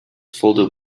folded